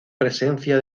presencia